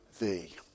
thee